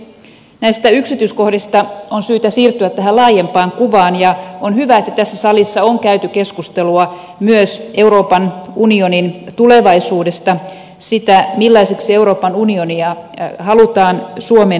näistä yksityiskohdista on syytä siirtyä tähän laajempaan kuvaan ja on hyvä että tässä salissa on käyty keskustelua myös euroopan unionin tulevaisuudesta siitä millaiseksi euroopan unionia halutaan suomen näkökulmasta kehittää